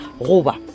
roba